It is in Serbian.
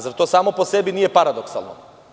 Zar to samo po sebi nije paradoksalno?